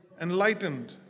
enlightened